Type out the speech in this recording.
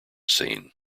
scene